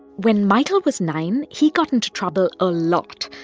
when michael was nine, he got into trouble a lot.